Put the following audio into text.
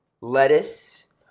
lettuce